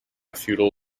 feudal